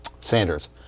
Sanders